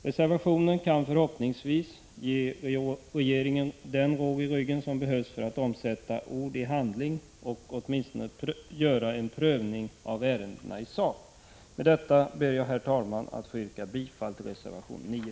Reservationen kan förhoppningsvis ge regeringen den råg i ryggen som behövs för att omsätta ord i handling och åtminstone göra en prövning i sak av ärendena. Med detta ber jag, herr talman, att få yrka bifall till reservation 9.